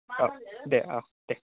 दे औ दे